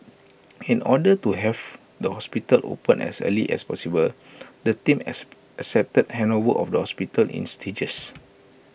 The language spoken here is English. in order to have the hospital opened as early as possible the team as accepted handover of the hospital in stages